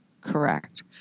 Correct